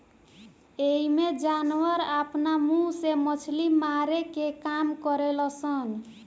एइमें जानवर आपना मुंह से मछली मारे के काम करेल सन